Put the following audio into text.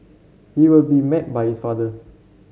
he will be met by his father